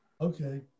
Okay